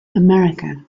america